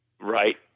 Right